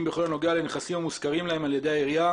בכל הנוגע לנכסים המושכרים להם על ידי העירייה",